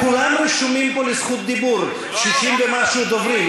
כולם רשומים פה לזכות דיבור, 60 ומשהו דוברים.